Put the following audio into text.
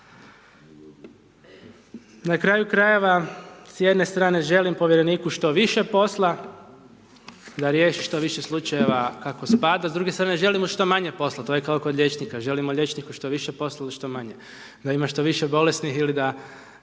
Na kraju krajeva, s jedne strane želim povjereniku što više posla, da riješi što više slučajeva kako spada, s druge strane želim mu što manje posla, to je kao kod liječnika, želimo liječniku što više posla ili što manje, da ima što više bolesnih ili da